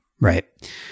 Right